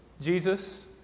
Jesus